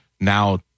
Now